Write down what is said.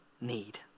need